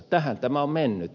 tähän tämä on mennyt